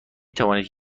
توانید